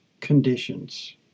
conditions